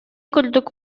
курдук